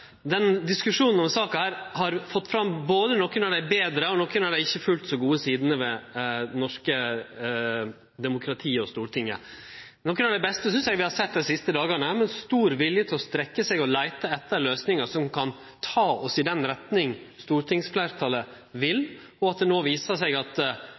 diskusjonen om saka her har fått fram både nokon av dei betre og nokon av dei ikkje fullt så gode sidene ved det norske demokratiet og Stortinget. Nokon av dei beste synest eg vi har sett dei siste dagane, med stor vilje til å strekkje seg og leite etter løysingar som kan ta oss i den retninga stortingsfleirtalet vil, og at det no visar seg at